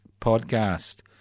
podcast